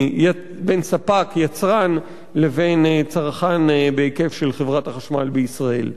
בין ספק-יצרן לבין צרכן בהיקף של חברת החשמל בישראל.